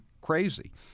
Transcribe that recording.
crazy